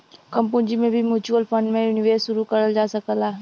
कम पूंजी से भी म्यूच्यूअल फण्ड में निवेश शुरू करल जा सकला